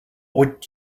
would